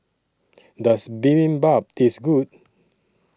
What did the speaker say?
Does Bibimbap Taste Good